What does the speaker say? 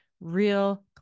real